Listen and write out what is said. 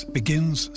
begins